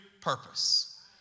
purpose